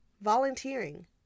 volunteering